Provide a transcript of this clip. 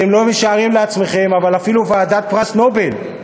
אתם לא משערים לעצמכם אבל אפילו ועדת פרס נובל,